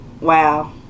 wow